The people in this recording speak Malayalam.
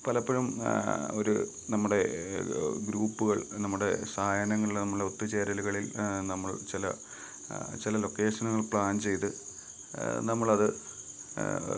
പലപ്പഴും ഒരു നമ്മുടെ ഗ്രൂപ്പുകൾ നമ്മുടെ സായാഹ്നങ്ങളിൽ നമ്മളെ ഒത്തു ചേരലുകളിൽ നമ്മൾ ചില ചില ലൊക്കേഷനുകൾ പ്ലാൻ ചെയ്ത് നമ്മളത്